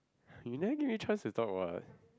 you never give me chance to talk what